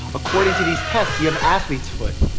according to these tests you have athlete's foot.